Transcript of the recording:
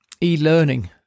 e-learning